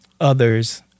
others